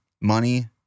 money